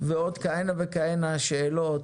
ועוד כהנה וכהנה שאלות